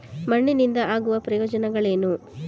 ಮಣ್ಣಿನಿಂದ ಆಗುವ ಪ್ರಯೋಜನಗಳೇನು?